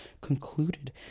concluded